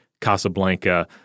Casablanca